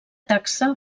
taxa